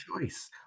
choice